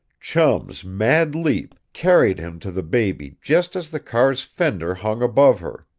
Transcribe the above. chum's mad leap carried him to the baby just as the car's fender hung above her.